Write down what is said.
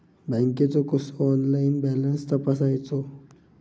बँकेचो कसो online balance तपासायचो?